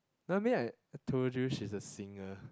no I mean I told you she is a singer